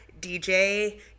DJ